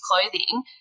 clothing